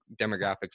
demographics